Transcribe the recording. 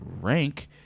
rank